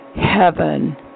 heaven